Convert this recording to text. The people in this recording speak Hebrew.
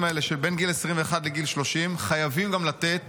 האלה שבין גיל 21 לגיל 30 חייבים לתת